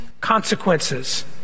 consequences